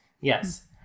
yes